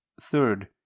Third